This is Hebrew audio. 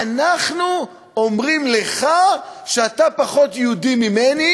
אנחנו אומרים לך שאתה פחות יהודי ממני,